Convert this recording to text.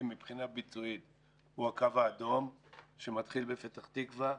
ביצועית הוא הקו האדום שמתחיל בפתח תקווה,